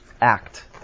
act